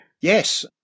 Yes